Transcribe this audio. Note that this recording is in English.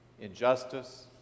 injustice